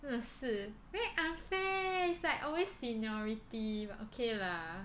真的是 very unfair it's like always seniority but okay lah